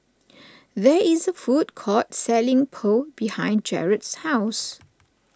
there is food court selling Pho behind Jarad's house